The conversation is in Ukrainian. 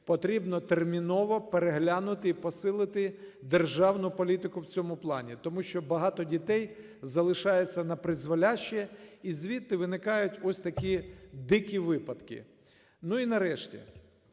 потрібно терміново переглянути і посилити державну політику в цьому плані. Тому що багато дітей залишається напризволяще, і звідти виникають ось такі дикі випадки. Ну і нарешті,